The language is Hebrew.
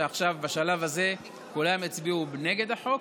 שעכשיו בשלב הזה כולם יצביעו נגד החוק,